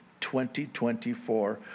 2024